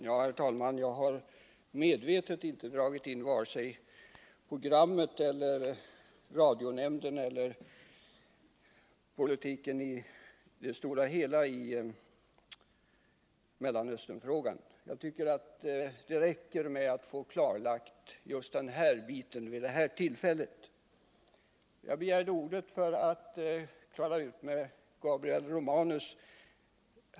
Herr talman! Jag har medvetet inte dragit in vare sig programmet, radionämnden eller politiken i stort i Mellanösternfrågan. Jag tycker att det vid det här tillfället räcker att få den här biten klarlagd. Jag begärde ordet för att klara ut det här med Gabriel Romanus.